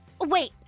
Wait